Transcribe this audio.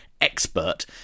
expert